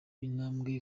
intambwe